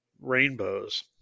rainbows